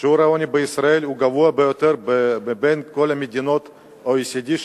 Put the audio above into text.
שיעור העוני בישראל הוא הגבוה ביותר מבין כל מדינות ה-OECD,